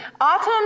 Autumn